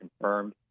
confirmed